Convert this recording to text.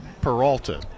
Peralta